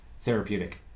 therapeutic